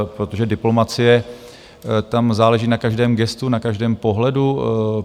Protože u diplomacie tam záleží na každém gestu, na každém pohledu.